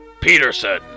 Peterson